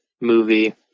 movie